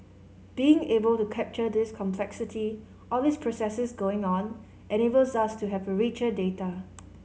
being able to capture this complexity all these processes going on enables us to have richer data